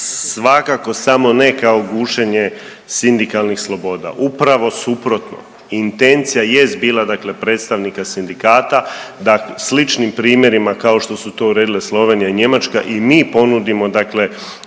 svakako samo ne kao gušenje sindikalnih sloboda. Upravo suprotno. Intencija jest bila dakle predstavnika sindikata da sličnim primjerima kao što su to uredile Slovenija i Njemačka i mi ponudimo dakle